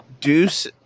deuce